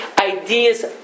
ideas